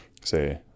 Say